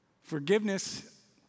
forgiveness